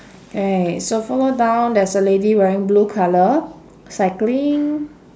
K so follow down there's a lady wearing blue colour cycling